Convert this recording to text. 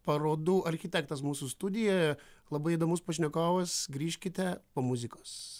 parodų architektas mūsų studijoje labai įdomus pašnekovas grįžkite po muzikos